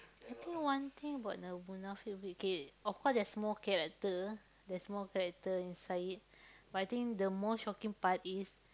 I think one thing about the Munafik K of course there's more character there's more character inside it but I think the more shocking part is